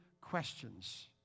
questions